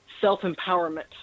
self-empowerment